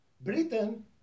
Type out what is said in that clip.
Britain